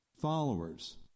followers